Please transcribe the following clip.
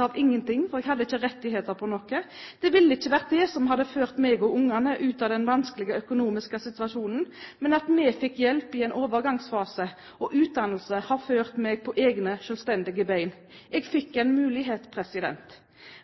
av ingenting, for jeg hadde ikke rettigheter til noe. Det ville ikke vært det som hadde ført meg og ungene ut av den vanskelige økonomiske situasjonen. Men at vi fikk hjelp i en overgangsfase, og at jeg fikk en utdannelse, har fått meg på egne, selvstendige bein. Jeg fikk en mulighet!